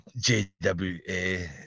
JWA